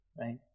right